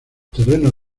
terrenos